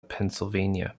pennsylvania